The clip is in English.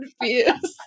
confused